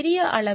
பெரிய அளவில்